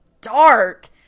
dark